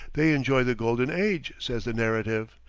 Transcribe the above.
they enjoy the golden age, says the narrative,